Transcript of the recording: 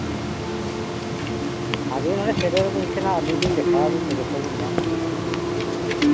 ᱟᱹᱵᱤᱱ ᱚᱸᱰᱮ ᱥᱮᱴᱮᱨ ᱵᱤᱱ ᱥᱮ ᱱᱟᱜ ᱟᱹᱞᱤᱧ ᱞᱤᱧ ᱫᱮᱠᱷᱟᱣᱟᱵᱤᱱ ᱫᱚ ᱡᱚᱛᱚ ᱵᱤᱱ ᱧᱟᱢᱟ